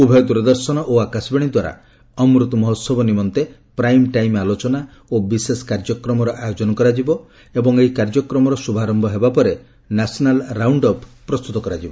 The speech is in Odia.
ଉଭୟ ଦୂରଦର୍ଶନ ଓ ଆକାଶବାଣୀ ଦ୍ୱାରା ଅମୃତ ମହୋହବ ନିମନ୍ତେ ବିଶେଷ ପ୍ରାଇମ ଟାଇମ ଆଲୋଚନା ଓ ବିଶେଷ କାର୍ଯ୍ୟକ୍ରମର ଆୟୋଜନ କରାଯିବ ଏବଂ ଏହି କାର୍ଯ୍ୟକ୍ରମର ଶୁଭାରମ୍ଭ ହେବା ପରେ ନ୍ୟାସନାଲ ରାଉଣ୍ଡ ଅପ ପ୍ରସ୍ତୁତ କରାଯିବ